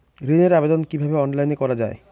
ঋনের আবেদন কিভাবে অনলাইনে করা যায়?